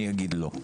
אני אגיד לא.